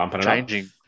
changing